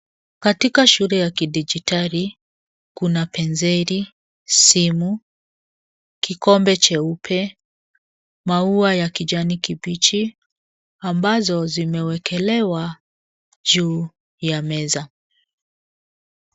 Katika shule ya kidijitali, kuna penseli, simu, kikombe cheupe, maua ya kijani kibichi ambazo zimewekelewa juu ya meza.